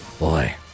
Boy